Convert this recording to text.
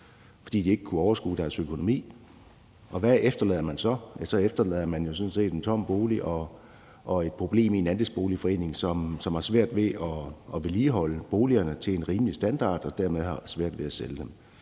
fordi de ikke kunne overskue deres økonomi. Hvad efterlader man så? Så efterlader man jo sådan set en tom bolig og et problem i en andelsboligforening, som så har svært ved at vedligeholde boligerne til en rimelig standard og dermed har svært ved at sælge dem.